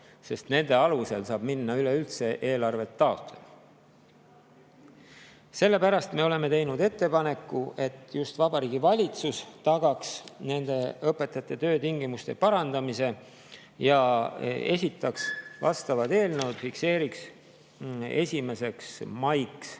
sest nende alusel saab minna üleüldse eelarvet [koostama]. Sellepärast me oleme teinud ettepaneku, et just Vabariigi Valitsus tagaks õpetajate töötingimuste parandamise ja esitaks vastavad eelnõud, [töötaks need välja]